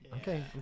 Okay